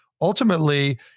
ultimately